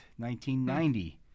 1990